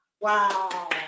Wow